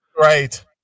Right